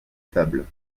table